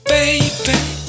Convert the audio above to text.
Baby